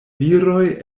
viroj